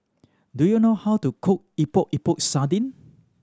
do you know how to cook Epok Epok Sardin